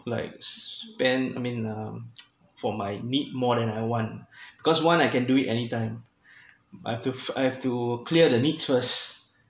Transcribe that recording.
like spend I mean um for my need more than I want because want I can do it anytime I have to I have to clear the needs first